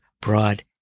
broad